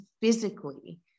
physically